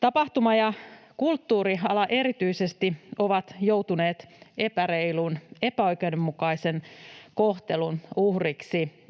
Tapahtuma- ja kulttuuriala erityisesti ovat joutuneet epäreilun, epäoikeudenmukaisen kohtelun uhreiksi